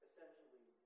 essentially